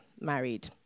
married